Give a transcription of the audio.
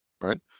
right